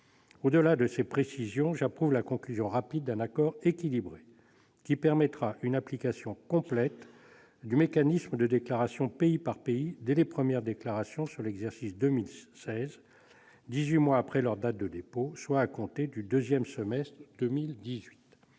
Au-delà de ces précisions, j'approuve la conclusion rapide d'un accord équilibré qui permettra une application complète du mécanisme de déclaration pays par pays dès les premières déclarations sur l'exercice 2016, dix-huit mois après leur date de dépôt, soit à compter du second semestre de 2018.